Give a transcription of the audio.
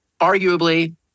arguably